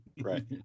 Right